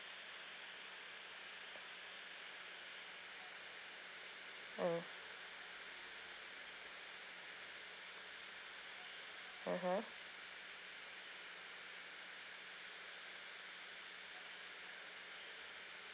oh (uh huh)